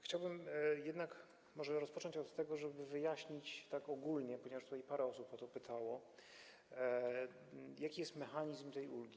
Chciałbym może jednak rozpocząć od tego, żeby wyjaśnić tak ogólnie, ponieważ tutaj parę osób o to pytało, jaki jest mechanizm tej ulgi.